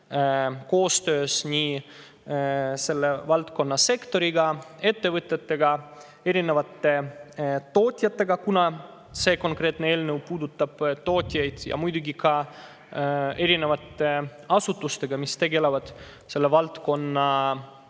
koostöös selle valdkonnaga, sektoriga, ettevõtetega, erinevate tootjatega – see konkreetne eelnõu puudutab tootjaid – ja muidugi ka eri asutustega, mis tegelevad selle valdkonna reguleerimisega,